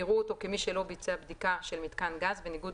יראו אותו כמי שלא ביצע בדיקה של מיתקן גז בניגוד